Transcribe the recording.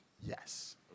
Yes